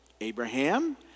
Abraham